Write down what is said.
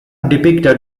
depicted